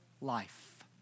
life